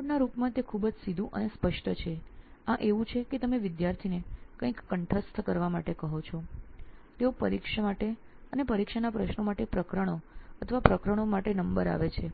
કી board ના રૂપમાં તે ખૂબ જ સીધું અને સ્પષ્ટ છે આ એવું છે કે તમે વિદ્યાર્થીને કંઈક કંઠસ્થ કરવા માટે કહો છો તેથી પરીક્ષા માટે અને પરીક્ષાના પ્રશ્નો માટે પ્રકરણો અથવા પ્રકરણો માટે નંબર આવે છે